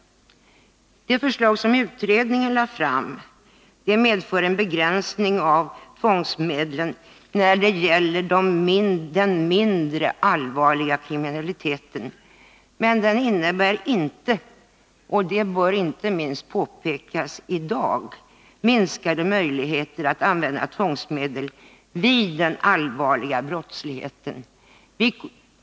Det förslag som utredningen lade fram skulle medföra en begränsning av tvångsmedlen när det gäller den mindre allvarliga kriminaliteten, men det skulle inte innebära — och detta bör inte minst påpekas i dag — en minskning av möjligheterna att använda tvångsmedel vid den allvarliga brottsligheten.